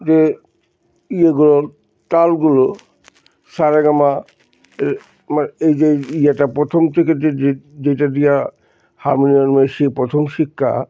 যে ইয়েগুলোর তালগুলো সারেগামা মানে এই যে ইয়েটা প্রথম থেকে যে যেটা দিয়া হারমোনিয়ামের সে প্রথম শিক্ষা